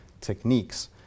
techniques